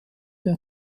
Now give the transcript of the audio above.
der